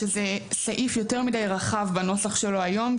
שזה סעיף יותר מידי רחב בנוסח שלו היום,